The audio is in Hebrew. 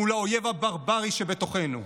מול האויב הברברי שבתוכנו,